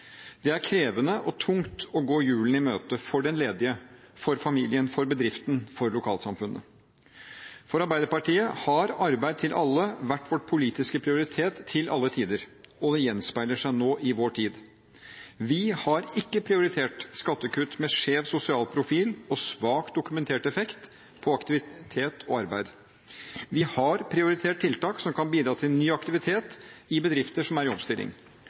Det er krevende og tungt å gå julen i møte, for den ledige, for familien, for bedriften og for lokalsamfunnet. For Arbeiderpartiet har arbeid til alle vært vår politiske prioritet til alle tider, og det gjenspeiler seg nå i vår tid. Vi har ikke prioritert skattekutt med skjev sosial profil og svakt dokumentert effekt på aktivitet og arbeid. Vi har prioritert tiltak som kan bidra til ny aktivitet i bedrifter som er i omstilling.